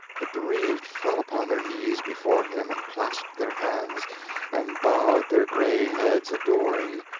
the bereaved fell upon their knees before him and clasped their hands and bowed their gray heads, adoring.